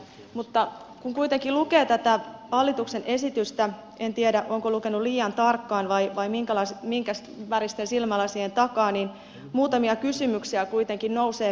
mutta kun kuitenkin lukee tätä hallituksen esitystä en tiedä olenko lukenut liian tarkkaan vai minkä väristen silmälasien takaa niin muutamia kysymyksiä kuitenkin nousee pintaan